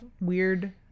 weird